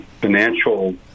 financial